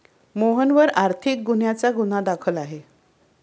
मोहनवर आर्थिक गुन्ह्याचा गुन्हा दाखल आहे